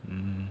mmhmm